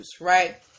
right